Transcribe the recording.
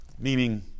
meaning